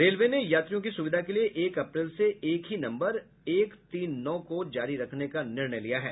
railway ने यात्रियों की सुविधा के लिए एक अप्रैल से एक ही नम्बर एक तीन नौ को ही जारी रखने का निर्णय लिया है